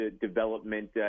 development